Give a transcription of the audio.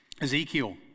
Ezekiel